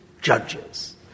judges